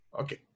Okay